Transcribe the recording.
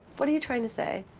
what are you trying to say?